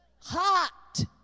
hot